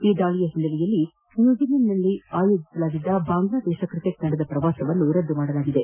ಈ ದಾಳ ಹಿನ್ನೆಲೆಯಲ್ಲಿ ನ್ಯೂಜಿಲೆಂಡ್ನಲ್ಲಿ ಆಯೋಜಿಸಲಾಗಿದ್ದ ಬಾಂಗ್ಲಾದೇಶ ಕ್ರಿಕೆಟ್ ತಂಡದ ಪ್ರವಾಸವನ್ನು ರದ್ದುಗೊಳಿಸಲಾಗಿದೆ